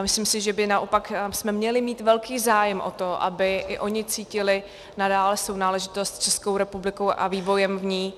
Myslím si, že bychom naopak měli mít velký zájem o to, aby i oni cítili nadále sounáležitost s Českou republikou a vývojem v ní.